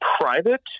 private